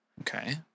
Okay